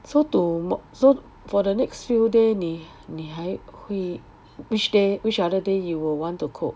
so to not so for the next few day 你你还会 which day which other day you will want to cook